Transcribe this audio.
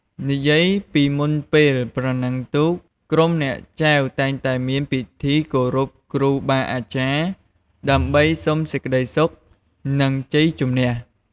និយាយពីមុនពេលប្រណាំងទូក ក្រុមអ្នកចែវតែងតែមានពិធីគោរពគ្រូបាអាចារ្យ ដើម្បីសុំសេចក្ដីសុខ និងជ័យជំនះ។